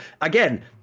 again